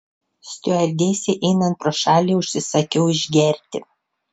stiuardesei einant pro šalį užsisakiau išgerti